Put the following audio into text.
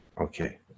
okay